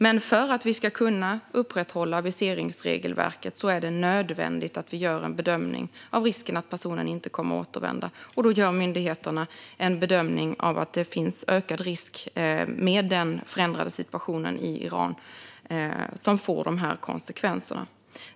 Men för att vi ska kunna upprätthålla viseringsregelverket är det nödvändigt att vi gör en bedömning av risken för att personen inte kommer att återvända. Då gör myndigheterna en bedömning att det finns en ökad risk med den förändrade situationen i Iran, vilket får de här konsekvenserna.